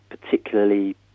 particularly